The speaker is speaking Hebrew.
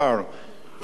שתמשיך,